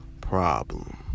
problem